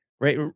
right